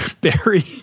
Barry